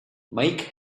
make